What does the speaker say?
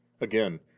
Again